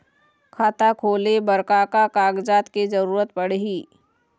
खाता खोले बर का का कागजात के जरूरत पड़ही?